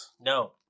No